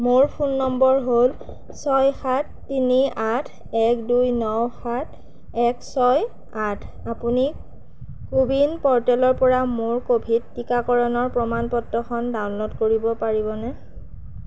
মোৰ phone number হ'ল ছয় সাত তিনি আঠ এক দুই ন সাত এক ছয় আঠ আপুনি কোৱিন প'ৰ্টেলৰ পৰা মোৰ ক'ভিড টীকাকৰণৰ প্ৰমাণ পত্ৰখন ডাউনল'ড কৰিব পাৰিবনে